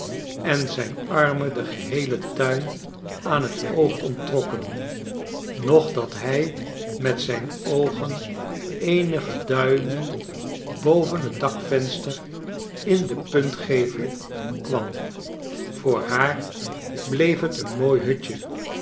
en zij n armen den geheelen tuin aali het oog onttrokken noch dat hrj met zijn oogen eenige duimen boven het dakvenster in den puntgevel kwam yoor haar bleef het een mooi hutje